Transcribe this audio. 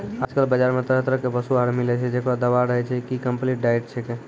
आजकल बाजार मॅ तरह तरह के पशु आहार मिलै छै, जेकरो दावा रहै छै कि कम्पलीट डाइट छेकै